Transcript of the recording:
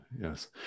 Yes